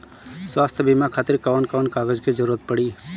स्वास्थ्य बीमा खातिर कवन कवन कागज के जरुरत पड़ी?